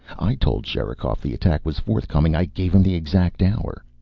i told sherikov the attack was forthcoming. i gave him the exact hour.